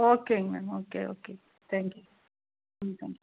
ஓகேங்க ma'am okay okay thank you welcome